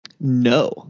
No